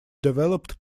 developed